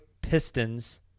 Pistons